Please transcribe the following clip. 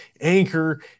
anchor